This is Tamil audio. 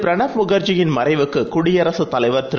பிரணாப்முகர்ஜியின்மறைவுக்குகுடியரசுத்தலைவர்திரு